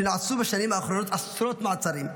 כשנעשו בשנים האחרונות עשרות מעצרים,